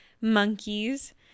monkeys